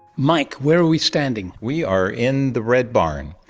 mike, where are we standing? we are in the red barn.